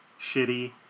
shitty